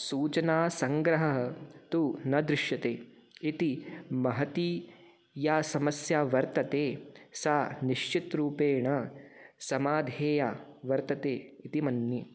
सूचनासङ्ग्रहः तु न दृश्यते इति महती या समस्या वर्तते सा निश्चितरूपेण समाधेया वर्तते इति मन्ये